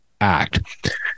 act